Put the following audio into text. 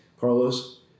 Carlos